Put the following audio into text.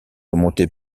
remonté